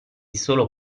solo